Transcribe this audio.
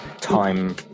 time